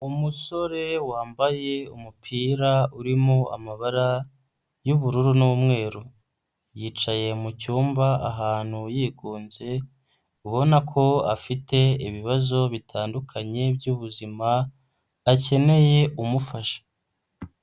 Umusore wambaye umupira urimo amabara y'ubururu n'umweru, yicaye mu cyumba ahantu yigunze, ubona ko afite ibibazo bitandukanye by'ubuzima, akeneye umufasha.